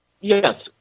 Yes